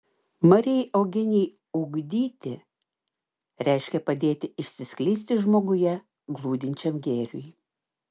marijai eugenijai ugdyti reiškia padėti išsiskleisti žmoguje glūdinčiam gėriui